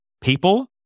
people